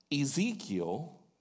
Ezekiel